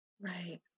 Right